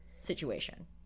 situation